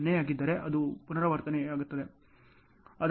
2 ಆಗಿದೆ ನಂತರ ಅದು ಕೆಲವು ಸುತ್ತುಗಳವರೆಗೆ ಪುನರಾವರ್ತಿಸುತ್ತದೆ